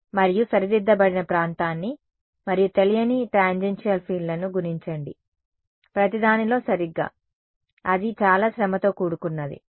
మరియు సరిదిద్దబడిన ప్రాంతాన్ని మరియు తెలియని టాంజెన్షియల్ ఫీల్డ్లను గుణించండి ప్రతిదానిలో సరిగ్గా అవును అది చాలా శ్రమతో కూడుకున్నది సరే